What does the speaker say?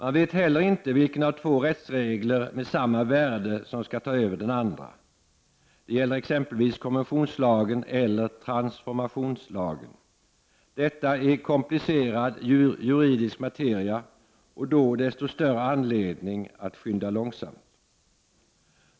Man vet heller inte vilken av två rättsregler med samma värde som skall ta över den andra. Det gäller exempelvis konventionslagen eller transformationslagen. Detta är komplicerad juridisk materia, och desto större är anledningen att skynda långsamt.